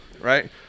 right